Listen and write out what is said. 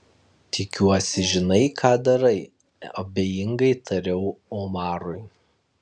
tikiuosi žinai ką darai abejingai tariau omarui